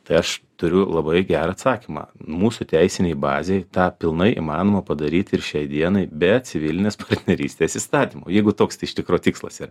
tai aš turiu labai gerą atsakymą mūsų teisinėj bazėj tą pilnai įmanoma padaryt ir šiai dienai be civilinės partnerystės įstatymo jeigu toks iš tikro tikslas yra